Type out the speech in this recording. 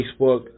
Facebook